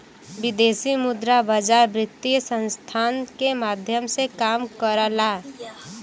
विदेशी मुद्रा बाजार वित्तीय संस्थान के माध्यम से काम करला